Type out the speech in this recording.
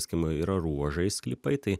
skim yra ruožais sklypai tai